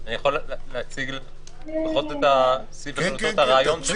אני יכול להציג לפחות את הרעיון שלו?